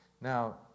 Now